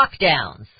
lockdowns